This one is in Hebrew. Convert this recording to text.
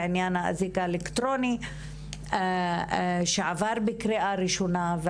בעניין האזיק האלקטרוני שעבר בקריאה ראשונה.